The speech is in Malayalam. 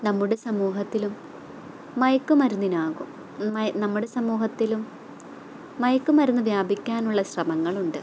നമ്മുടെ സമൂഹത്തിലും മയക്കു മരുന്നിനാകും നമ്മുടെ സമൂഹത്തിലും മയക്കുമരുന്ന് വ്യാപിക്കാനുള്ള ശ്രമങ്ങളുണ്ട്